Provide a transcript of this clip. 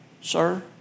Sir